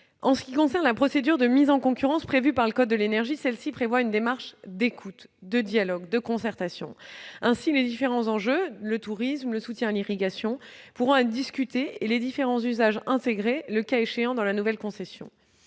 En ce qui concerne la procédure de mise en concurrence prévue par le code de l'énergie, elle prévoit une démarche d'écoute, de dialogue et de concertation. Ainsi, les différents enjeux, comme le tourisme ou le soutien à l'irrigation, pourront être discutés, et les différents usages intégrés, le cas échéant, à la nouvelle concession.